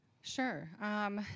Sure